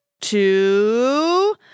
two